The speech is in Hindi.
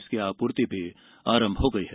इसकी आपूर्ति आरंभ हो गई है